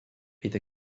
bydd